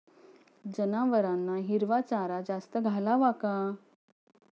जनावरांना हिरवा चारा जास्त घालावा का?